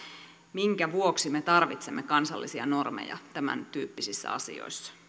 minkä vuoksi me tarvitsemme kansallisia normeja tämäntyyppisissä asioissa